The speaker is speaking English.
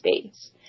space